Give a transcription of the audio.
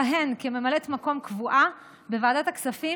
תכהן כממלאת מקום קבועה בוועדת הכספים